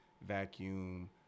vacuum